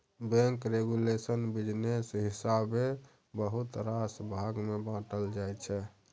bank regulation business हिसाबेँ बहुत रास भाग मे बाँटल जाइ छै